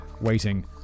waiting